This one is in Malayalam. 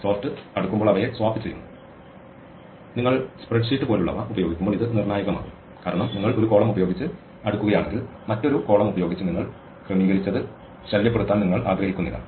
സോർട്ട് അടുക്കുമ്പോൾ അവയെ സ്വാപ്പ് ചെയ്യുന്നു നിങ്ങൾ ഒരു സ്പ്രെഡ്ഷീറ്റ് പോലുള്ളവ ഉപയോഗിക്കുമ്പോൾ ഇത് നിർണായകമാകും കാരണം നിങ്ങൾ ഒരു കോളം ഉപയോഗിച്ച് അടുക്കുകയാണെങ്കിൽ മറ്റൊരു കോളം ഉപയോഗിച്ച് നിങ്ങൾ ക്രമീകരിച്ചത് ശല്യപ്പെടുത്താൻ നിങ്ങൾ ആഗ്രഹിക്കുന്നില്ല